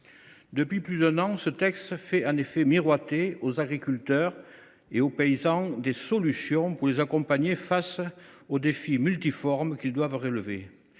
Depuis plus d’un an, ce projet de loi fait en effet miroiter aux agriculteurs et aux paysans des solutions pour les accompagner face aux défis multiformes qu’ils doivent relever